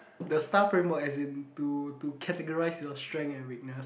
the staff framework as in to to categorise your strength and weakness